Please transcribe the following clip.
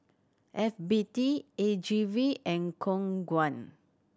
F B T A G V and Khong Guan